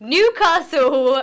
Newcastle